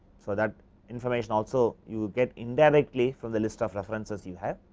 so, that information also you get indirectly from the list of references you have,